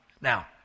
Now